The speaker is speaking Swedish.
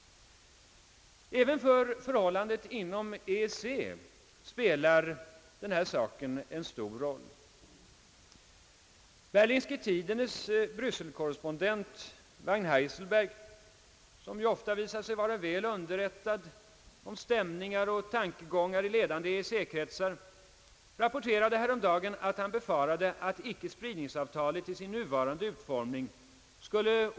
Även för förhållandet inom EEC spelar detta en stor roll. Berlingske Tidendes brysselkorrespondent Vagn Heiselberg, som ofta visar sig vara väl underrättad om stämningar och tankegångar i ledande EEC-kretsar, rapporterade. häromdagen att han befarade att icke-spridningsavtalet i sin: nuvarande utformning skulle .